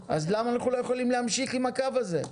אז למה אנחנו לא יכולים להמשיך עם הקו הזה?